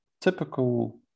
typical